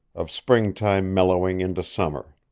of springtime mellowing into summer.